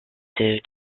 due